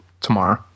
tomorrow